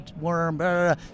worm